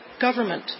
government